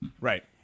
Right